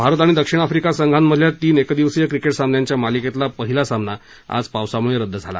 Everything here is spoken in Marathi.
भारत आणि दक्षिण आफ्रिका संघामधल्या तीन एकदिवसीय क्रिके सामन्यांच्या मालिकेतला पहिला सामना आज पावसामळे रदद झाला